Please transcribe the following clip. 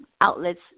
outlets